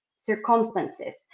Circumstances